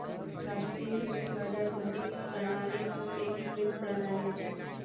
राष्ट्रीय कृषि बजार मंडी प्रणालीक एकीकृत प्रणाली अछि